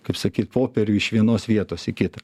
kaip sakyt popierių iš vienos vietos į kitą